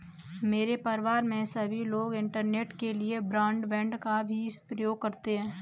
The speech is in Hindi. मेरे परिवार में सभी लोग इंटरनेट के लिए ब्रॉडबैंड का भी प्रयोग करते हैं